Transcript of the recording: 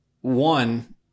one